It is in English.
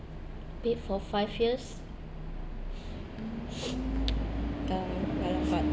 paid for five years then then I thought